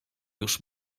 już